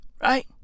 Right